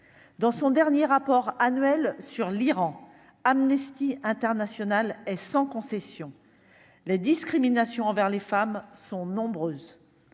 dans son dernier rapport annuel sur l'Iran Amnesty International et sans concession la discrimination envers les femmes sont nombreuses,